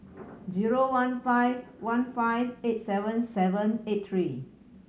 zero one five one five eight seven seven eight three